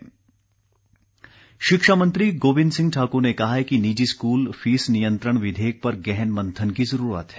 गोविंद सिंह ठाकर शिक्षा मंत्री गोविंद सिंह ठाक़र ने कहा है कि निजी स्क़ल फीस नियंत्रण विधेयक पर गहन मंथन की जरूरत है